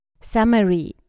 Summary